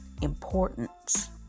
importance